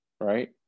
right